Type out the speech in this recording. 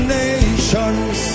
nations